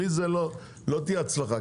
בלי זה לא תהיה הצלחה.